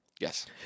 Yes